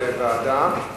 זה ועדה,